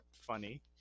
funny